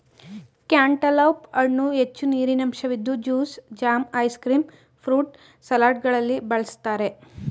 cantaloupe ಹಣ್ಣು ಹೆಚ್ಚು ನೀರಿನಂಶವಿದ್ದು juice, jam, ice cream, fruit ಸಲಾಡ್ಗಳಲ್ಲಿ ಬಳ್ಸತ್ತರೆ